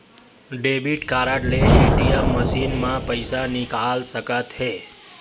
debit card ले ATM machine म पइसा निकाल सकत हे